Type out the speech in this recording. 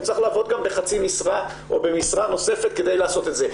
הוא צריך גם לעבוד בחצי משרה או במשרה נוספת כדי לעשות את זה.